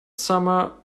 summer